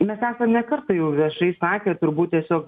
mes esame ne kartą jau viešai sakę turbūt tiesiog